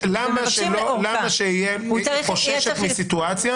אבל למה את חוששת מסיטואציה